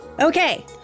Okay